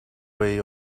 way